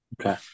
Okay